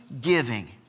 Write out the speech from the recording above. giving